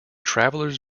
travelers